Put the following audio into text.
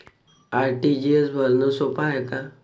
RTGS भरनं सोप हाय का?